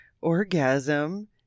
orgasm